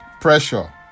pressure